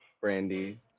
brandy